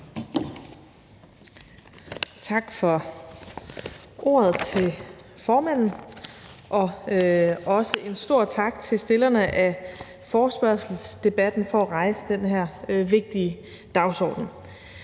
Tak til formanden for ordet. Også en stor tak til stillerne af forespørgselsdebatten for at rejse den her vigtige dagsorden.